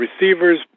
receivers